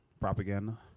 Propaganda